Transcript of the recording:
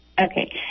Okay